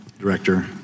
Director